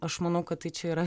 aš manau kad tai čia yra